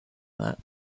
that